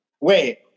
wait